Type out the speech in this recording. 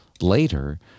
later